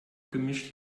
gemisch